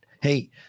Hey